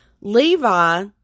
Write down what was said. levi